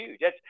huge